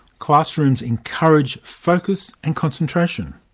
classrooms encourage focus and concentration.